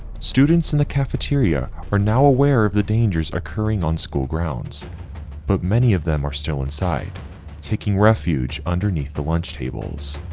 students in the cafeteria are now aware of the dangers occurring on school grounds but many of them are still inside taking refuge refuge underneath the lunch tables.